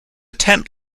tent